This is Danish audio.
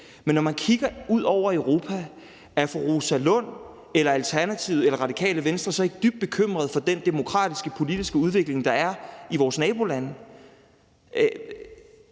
men når man kigger ud over Europa, er fru Rosa Lund eller Alternativet eller Radikale Venstre så ikke dybt bekymret for den demokratiske politiske udvikling, der er i vores nabolande?